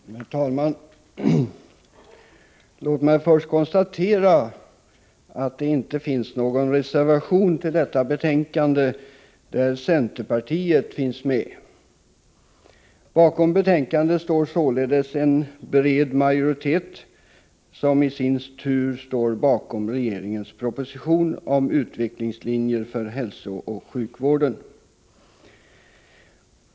Herr talman! Låt mig först konstatera att centerpartiet inte har avgett någon reservation till detta betänkande. Bakom betänkandet står således en bred majoritet, och den står också bakom regeringens proposition om utvecklingslinjer för hälsooch sjukvården.